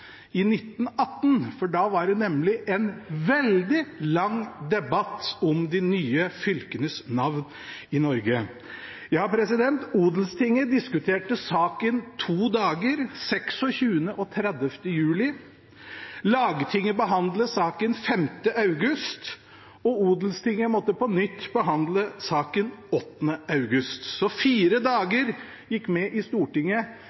i 1918, for da var det nemlig en veldig lang debatt om de nye fylkenes navn i Norge. Odelstinget diskuterte saken i to dager, den 26. juli og den 30. juli. Lagtinget behandlet saken den 5. august, og Odelstinget måtte på nytt behandle saken den 8. august. Så fire dager gikk med i Stortinget